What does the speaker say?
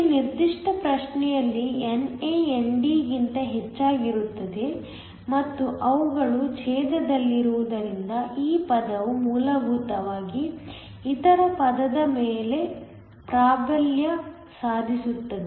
ಈ ನಿರ್ದಿಷ್ಟ ಪ್ರಶ್ನೆ ಯಲ್ಲಿ NA ND ಗಿಂತ ಹೆಚ್ಚಾಗಿರುತ್ತದೆ ಮತ್ತು ಅವುಗಳು ಛೇದದಲ್ಲಿರುವುದರಿಂದ ಈ ಪದವು ಮೂಲಭೂತವಾಗಿ ಇತರ ಪದದ ಮೇಲೆ ಪ್ರಾಬಲ್ಯ ಸಾಧಿಸುತ್ತದೆ